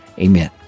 Amen